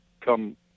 come